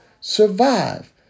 survive